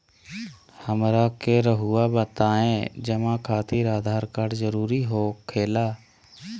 हमरा के रहुआ बताएं जमा खातिर आधार कार्ड जरूरी हो खेला?